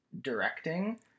directing